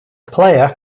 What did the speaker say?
player